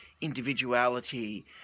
individuality